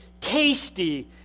tasty